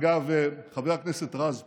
אגב, חבר הכנסת רז פה?